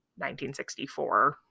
1964